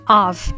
off